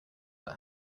that